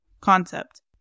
concept